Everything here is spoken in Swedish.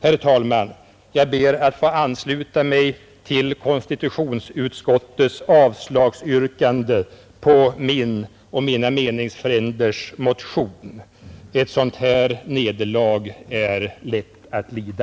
Herr talman, jag ber att få ansluta mig till konstitutionsutskottets avslagsyrkande på min och mina meningsfränders motion. Ett sådant här nederlag är lätt att lida.